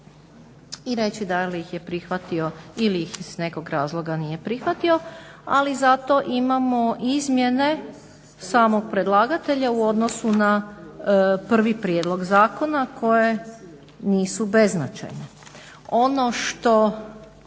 i reći da li ih je prihvatio ili ih iz nekog razloga nije prihvatio ali zato imamo izmjene samog predlagatelja u odnosu na prvi prijedlog zakona koje nisu beznačajne.